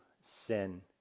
sin